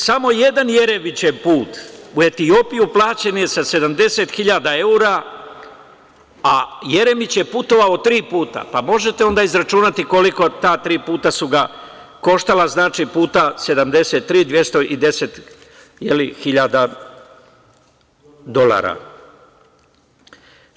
Samo jedan Jeremićev put u Etiopiju, plaćen je sa 70 hiljada evra, a Jeremić je putovao tri puta, pa možete onda izračunati koliko ta tri puta su ga koštala, znači 70 puta tri, 210 hiljada evra.